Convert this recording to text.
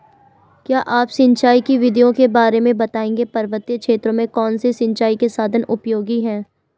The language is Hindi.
क्या आप सिंचाई की विधियों के बारे में बताएंगे पर्वतीय क्षेत्रों में कौन से सिंचाई के साधन उपयोगी हैं?